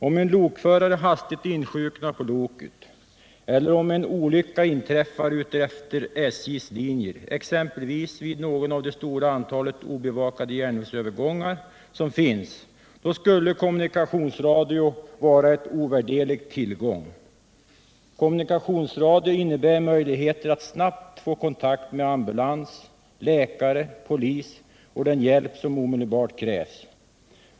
Om en lokförare hastigt insjuknar på loket eller om en olycka inträffar utefter SJ:s linjer, exempelvis vid någon av det stora antalet järnvägsövergångar som finns, då skulle kommunikationsradio vara en ovärderlig tillgång. Kommunikationsradio innebär möjligheter att snabbt få kontakt med ambulans, läkare, polis och den hjälp som omedelbart krävs.